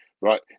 right